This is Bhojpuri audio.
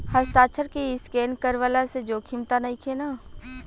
हस्ताक्षर के स्केन करवला से जोखिम त नइखे न?